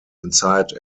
inside